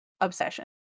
obsession